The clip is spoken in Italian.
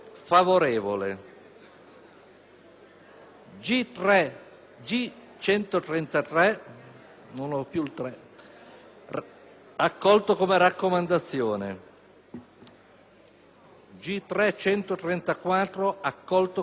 2), accolti come raccomandazione,